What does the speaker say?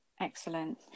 excellent